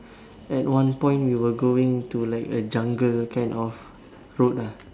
at one point we were going to like a jungle kind of road ah